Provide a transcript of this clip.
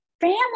family